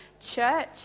Church